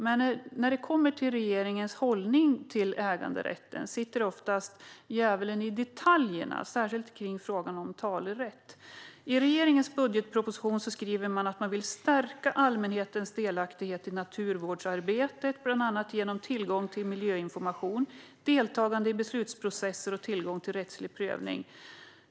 Men när det kommer till regeringens hållning till äganderätten sitter oftast djävulen i detaljerna, särskilt i frågan om talerätt. I regeringens budgetproposition skriver man att man "vill stärka allmänhetens delaktighet i naturvårdsarbetet, bl.a. genom tillgång till miljöinformation, deltagande i beslutsprocesser och tillgång till rättslig prövning".